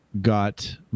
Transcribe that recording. got